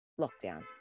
lockdown